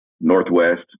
Northwest